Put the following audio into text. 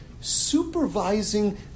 supervising